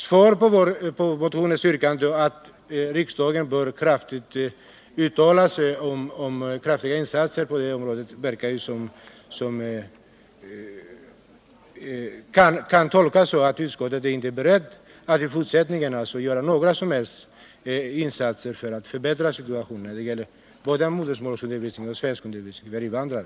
Svaret på motionsyrkandet om att riksdagen bör uttala sig om kraftfulla insatser på detta område, kan tolkas så att utskottet inte är berett att i fortsättningen göra några som helst insatser för att förbättra situationen i vad gäller vare sig hemspråksundervisningen eller svenskundervisningen för invandrare.